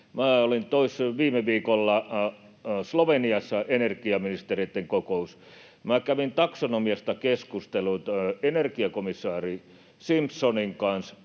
olin viime viikolla Sloveniassa energiaministereitten kokouksessa. Minä kävin taksonomiasta keskusteluita energiakomissaari Simsonin kanssa,